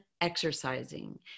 exercising